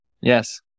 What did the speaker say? Yes